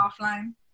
Offline